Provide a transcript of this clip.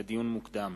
לדיון מוקדם: